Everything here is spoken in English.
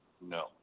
No